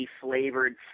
flavored